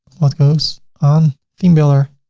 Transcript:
what goes on theme builder,